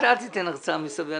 אל תיתן הרצאה מסביב.